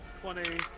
Twenty